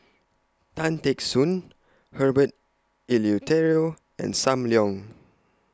Tan Teck Soon Herbert Eleuterio and SAM Leong